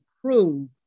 prove